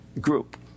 group